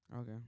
Okay